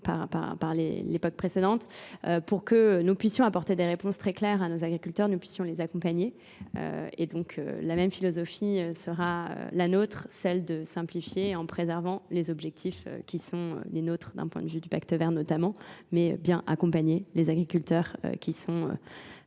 par l'époque précédente. Pour que nous puissions apporter des réponses très claires à nos agriculteurs, nous puissions les accompagner. Et donc la même philosophie sera la nôtre, celle de simplifier en préservant les objectifs qui sont les nôtres d'un point de vue du pacte vert notamment, mais bien accompagner les agriculteurs qui sont